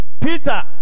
Peter